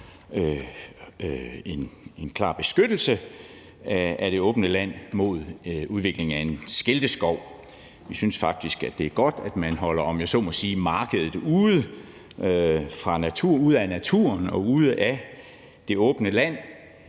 en klar beskyttelse af det åbne land mod udvikling af en skilteskov. Vi synes faktisk, det er godt, at man holder, om jeg så må sige, markedet ude af naturen og ude af det åbne land.